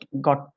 got